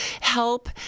help